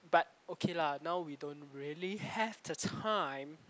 but okay lah now we don't really have the time